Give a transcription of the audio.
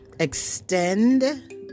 extend